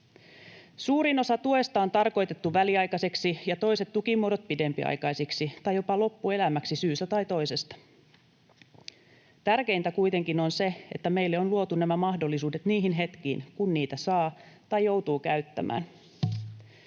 Suurin osa tuista on tarkoitettu väliaikaisiksi, toiset tukimuodot pidempiaikaisiksi tai jopa loppuelämäksi, syystä tai toisesta. Tärkeintä kuitenkin on se, että meille on luotu nämä mahdollisuudet niihin hetkiin, kun niitä saa tai joutuu käyttämään.